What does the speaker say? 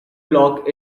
block